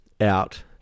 out